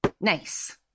Nice